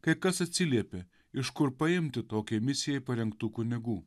kai kas atsiliepė iš kur paimti tokiai misijai parengtų kunigų